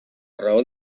raó